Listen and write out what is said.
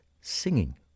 singing